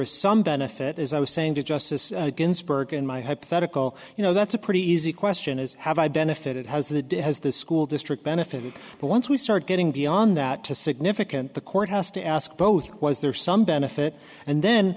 is some benefit as i was saying to justice ginsburg in my hypothetical you know that's a pretty easy question is have i benefited has the day has the school district benefited but once we start getting beyond that to significant the court house to ask both was there some benefit and then